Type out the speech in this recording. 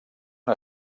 una